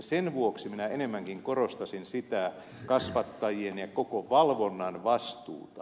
sen vuoksi minä enemmänkin korostaisin sitä kasvattajien ja koko valvonnan vastuuta